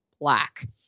black